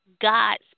God's